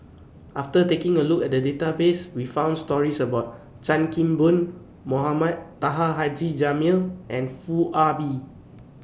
after taking A Look At The Database We found stories about Chan Kim Boon Mohamed Taha Haji Jamil and Foo Ah Bee